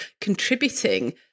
contributing